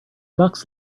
bucks